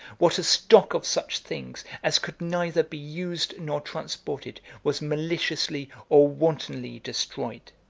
what a stock of such things, as could neither be used nor transported, was maliciously or wantonly destroyed!